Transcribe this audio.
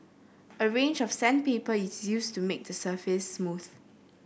a range of sandpaper is used to make the surface smooth